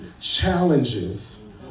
challenges